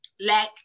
lack